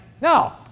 no